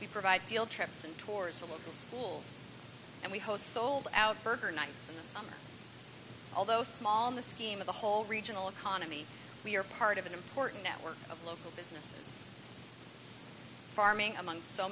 we provide field trips and tours to local schools and we host sold out burger nights in the summer although small in the scheme of the whole regional economy we are part of an important network of local businesses farming among so